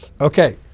Okay